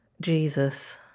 Jesus